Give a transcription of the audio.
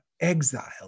exile